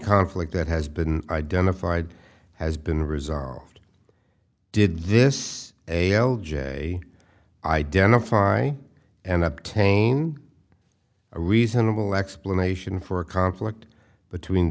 conflict that has been identified has been resolved did this a o l j identify and up tain a reasonable explanation for a conflict between